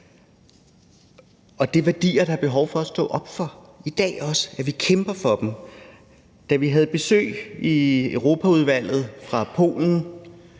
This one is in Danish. Det er værdier, der er behov for at stå op for også i dag – at vi kæmper for dem. Da vi havde besøg i Europaudvalget fra Polen,